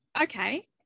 okay